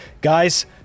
guys